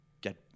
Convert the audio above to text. get